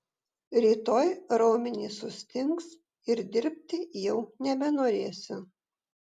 rytoj raumenys sustings ir dirbti jau nebenorėsiu